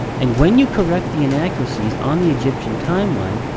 and when you correct the inaccuracies on the egyptian timeline,